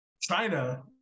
China